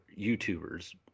YouTubers